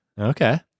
Okay